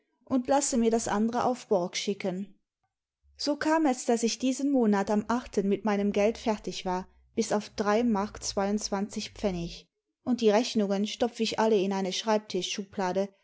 und lasse mir das andere auf borg schicken so kam es daß ich diesen monat am mit meinem geld fertig war bis auf drei mark zweiimdzwanzi pfennig und die rechnungen stopf ich alle in eine